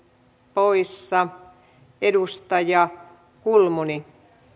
poissa edustaja kulmuni